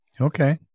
Okay